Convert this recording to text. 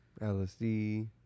LSD